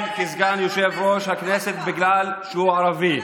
כסגן יושב-ראש הכנסת בגלל שהוא ערבי.